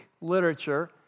literature